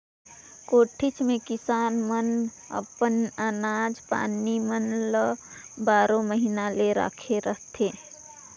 कोठीच मे किसान मन अपन अनाज पानी मन ल बारो महिना ले राखे रहथे